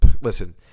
Listen